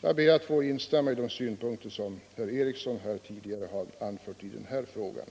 Jag ber att få instämma i de synpunkter som herr Eriksson i Arvika har anfört i denna fråga.